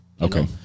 Okay